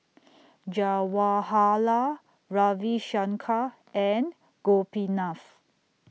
Jawaharlal Ravi Shankar and Gopinath